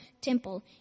temple